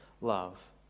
love